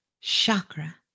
chakra